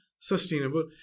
sustainable